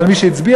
אבל מי שהצביע,